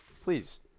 please